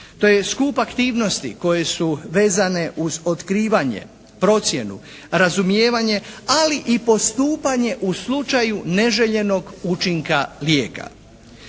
To je skup aktivnosti koje su vezane uz otkrivanje, procjenu, razumijevanje ali i postupanje u slučaju neželjenog učinka lijeka.